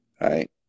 right